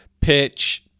pitch